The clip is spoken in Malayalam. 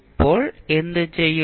ഇപ്പോൾ എന്തു ചെയ്യും